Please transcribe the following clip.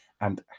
and